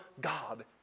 God